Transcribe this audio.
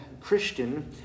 Christian